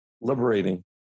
liberating